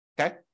okay